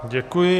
Děkuji.